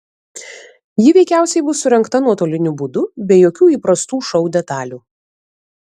ji veikiausiai bus surengta nuotoliniu būdu be jokių įprastų šou detalių